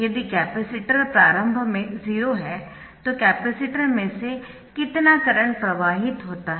यदि कैपेसिटर प्रारंभ में 0 है तो कैपेसिटर में से कितना करंट प्रवाहित होता है